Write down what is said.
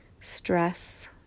stress